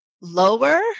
lower